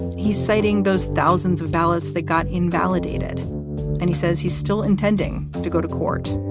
he's citing those thousands of ballots that got invalidated and he says he's still intending to go to court.